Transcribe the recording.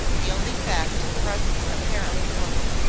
the only fact at present apparent was,